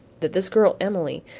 that this girl, emily,